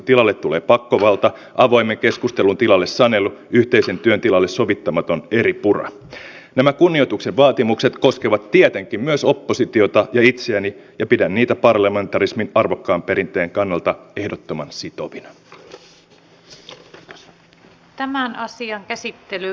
tällä hetkellähän se yhteistyö kiistämättä on rauhan ajan yhteistyötä mutta se ei sulje pois mahdollisuutta ettemmekö kriisin aikana voisi yhteistyötä tehdä ja tämä on nimenomaan se suomen keskeinen motiivi tämän yhteistyön kehittämiseen